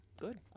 Good